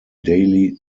daily